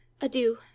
Adieu